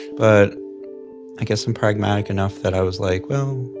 but i guess i'm pragmatic enough that i was like, well,